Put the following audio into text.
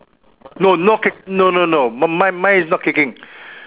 no no kick no no no mine mine is not kicking